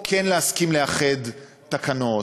או כן להסכים לאחד תקנות,